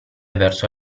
verso